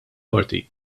qorti